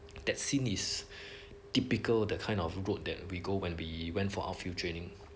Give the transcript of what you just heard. that scene is typical of the kind of road that we go when we went for outfield training